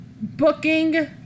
booking